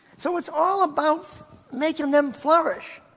so it's all about making them flourish.